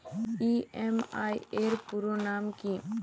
EMI এর পুরোনাম কী?